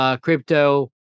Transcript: crypto